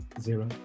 zero